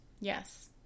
yes